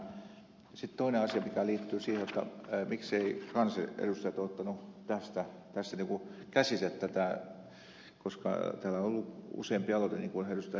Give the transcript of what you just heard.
sitten toinen asia mikä liittyy siihen jotta miksi ei kansanedustajat ole ottaneet tässä niin kuin käsiinsä tätä koska täällä on ollut useampi aloite niin kuin ed